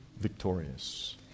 victorious